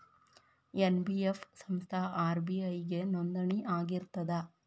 NBF ಸಂಸ್ಥಾ RBI ಗೆ ನೋಂದಣಿ ಆಗಿರ್ತದಾ?